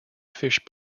fish